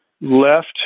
left